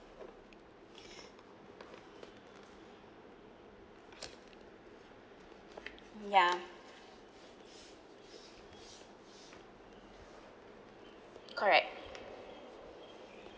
ya correct